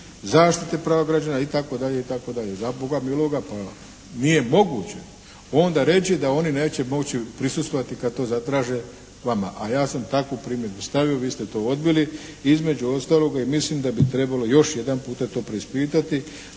zaštite prava građana itd., itd. Za Boga miloga, pa nije moguće onda reći da oni neće moći prisustvovati kad to zatraže vama, a ja sam takvu primjedbu stavio, vi ste to odbili i između ostaloga i mislim da bi trebalo još jedanputa to preispitati.